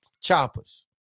Choppers